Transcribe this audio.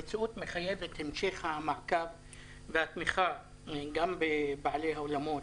המציאות מחייבת המשך העמקה וניסיון למצוא פתרון לתעשיית האולמות,